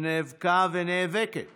שנאבקה ונאבקת